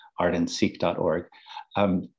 artandseek.org